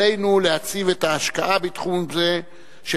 עלינו להציב את ההשקעה בתחום זה של